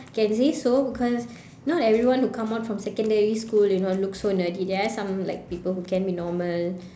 can say so because not everyone who come out from secondary school you know look so nerdy there are some like people who can be normal